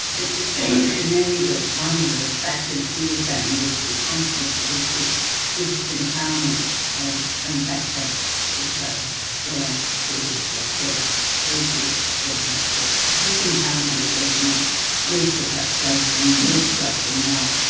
it seemed to me that one of the factors you were saying was responsible for this was the disempowerment of in fact that also relates to dr wiesel's evidence, that disempowerment of residents leads to frustration, leads to acting out,